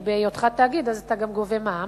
ובהיותך תאגיד אתה גם גובה מע"מ,